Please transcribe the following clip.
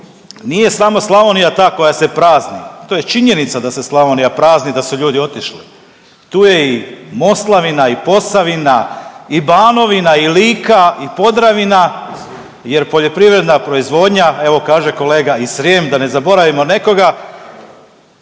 nije samo Slavonija ta koja se prazni, to je činjenica da se Slavonija prazni i da su ljudi otišli, tu je i Moslavina i Posavina i Banovina i Lika i Podravina jer poljoprivredna proizvodnja, evo kaže kolega i Srijem, da ne zaboravimo nekoga,